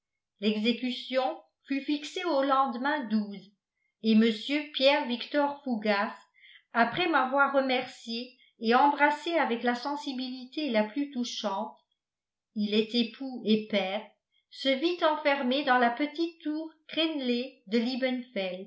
l'exécution fut fixée au lendemain et mr pierre victor fougas après m'avoir remercié et embrassé avec la sensibilité la plus touchante il est époux et père se vit enfermer dans la petite tour crénelée de